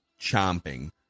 chomping